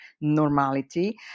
normality